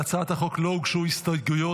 להצעת החוק לא הוגשו הסתייגויות,